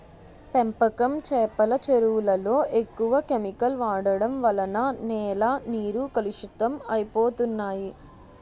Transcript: పెంపకం చేపల చెరువులలో ఎక్కువ కెమికల్ వాడడం వలన నేల నీరు కలుషితం అయిపోతన్నాయి